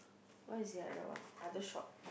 what is it ah that one other shop